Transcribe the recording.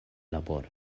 laboro